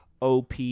OP